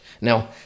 Now